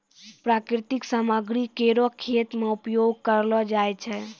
प्राकृतिक सामग्री केरो खेत मे उपयोग करलो जाय छै